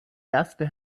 erste